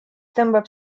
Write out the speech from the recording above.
tõmbab